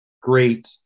great